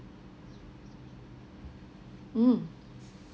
mm